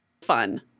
fun